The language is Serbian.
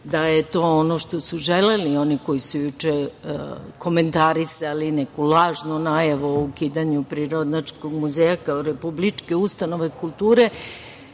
da je to ono što su želeli oni koji su juče komentarisali neku lažnu najavu o ukidanju Prirodnjačkog muzeja kao republičke ustanove kulture.